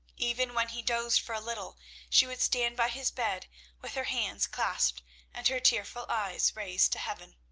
even when he dozed for a little she would stand by his bed with her hands clasped and her tearful eyes raised to heaven.